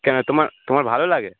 কেন তোমার তোমার ভালো লাগে